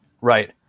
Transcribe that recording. Right